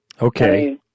Okay